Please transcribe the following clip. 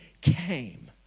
came